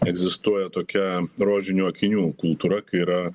egzistuoja tokia rožinių akinių kultūra kai yra